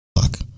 fuck